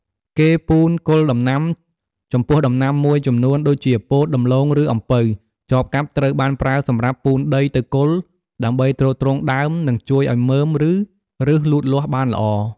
គេពូនគល់ដំណាំ ចំពោះដំណាំមួយចំនួនដូចជា ពោត ដំឡូង ឬអំពៅ ចបកាប់ត្រូវបានប្រើសម្រាប់ ពូនដីទៅគល់ ដើម្បីទ្រទ្រង់ដើម និងជួយឱ្យមើម ឬឫសលូតលាស់បានល្អ។